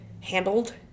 handled